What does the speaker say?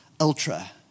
ultra